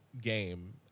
game